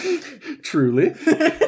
truly